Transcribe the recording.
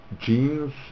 genes